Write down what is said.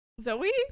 Zoe